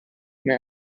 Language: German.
mehr